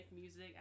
music